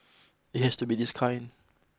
it has to be this kind